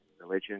religion